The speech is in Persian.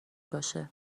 باشه